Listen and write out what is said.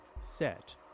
set